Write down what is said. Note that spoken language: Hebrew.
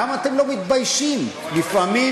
למה אתם לא מתביישים, לפעמים,